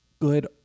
good